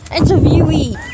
interviewee